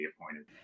appointed